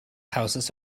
houses